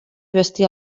vestir